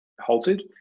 halted